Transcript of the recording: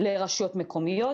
לרשויות מקומיות,